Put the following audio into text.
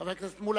חבר הכנסת מולה.